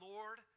Lord